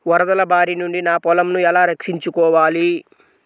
వరదల భారి నుండి నా పొలంను ఎలా రక్షించుకోవాలి?